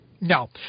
No